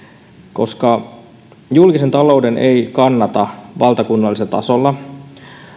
koska julkisen talouden ei kannata valtakunnallisella tasolla